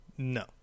No